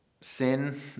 sin